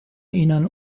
ihnen